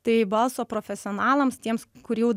tai balso profesionalams tiems kurių